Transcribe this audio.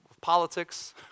politics